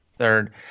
Third